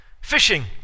fishing